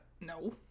No